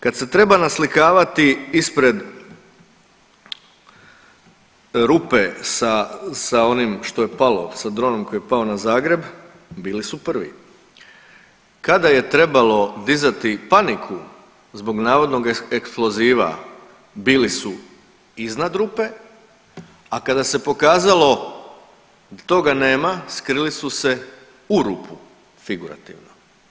Kad se treba naslikavati ispred rupe sa ovim što je palo, sa dronom koji je pao na Zagreb bili su prvi, kada je trebalo dizati paniku zbog navodnog eksploziva bili su iznad rupe, a kada se pokazalo da toga nema skrili su se u rupu figurativno.